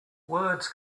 words